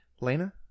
Lena